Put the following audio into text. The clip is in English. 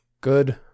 good